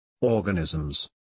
organisms